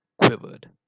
quivered